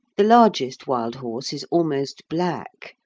the largest wild horse is almost black,